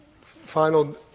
final